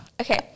Okay